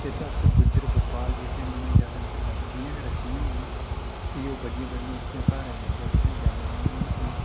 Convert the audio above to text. इत्त आस्तै गुज्जर बक्करोआल जेह्के न उ'नें भिड्डां बक्करियां गै रक्खी दियां होंदियां कि ओह् बड्डियें बड्डियें धारें जंदे उत्थै जाने नै उ'नें गी कोई